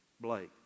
Blake